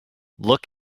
look